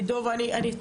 עידו ואני,